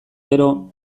gero